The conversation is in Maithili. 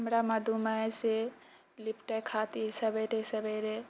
हमरा मधुमेहसँ निपटै खातिर सवेरे सवेरे